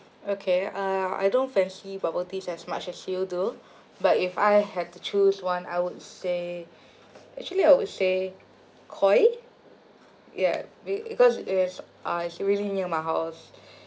okay uh I don't fancy bubble teas as much as you though but if I had to choose one I would say actually I would say Koi yeah be~ because it's uh it's really near my house